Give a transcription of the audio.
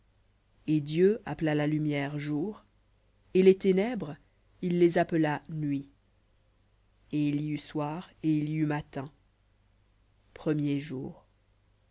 et dieu appela la lumière jour et les ténèbres il les appela nuit et il y eut soir et il y eut matin premier jour